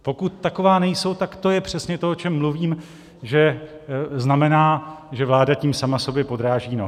Pokud taková nejsou, tak to je přesně to, o čem mluvím, že znamená, že vláda tím sama sobě podráží nohy.